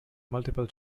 multiple